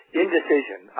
indecision